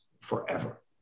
forever